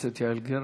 הכנסת יעל גרמן.